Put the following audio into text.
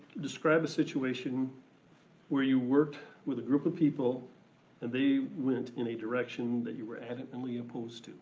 describe a situation where you worked with a group of people and they went in a direction that you were adamantly opposed to.